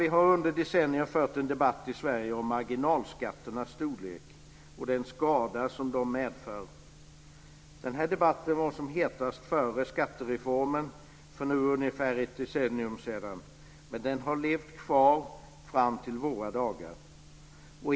Vi har under decennier fört en debatt i Sverige om marginalskatternas storlek och den skada som de medför. Debatten var som hetast före skattereformen för ungefär ett decennium sedan, men den har levt kvar fram till våra dagar.